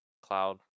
cloud